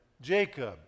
Jacob